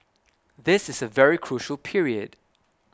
this is a very crucial period